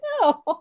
no